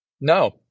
no